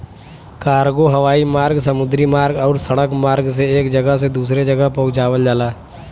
cargo हवाई मार्ग समुद्री मार्ग आउर सड़क मार्ग से एक जगह से दूसरे जगह पहुंचावल जाला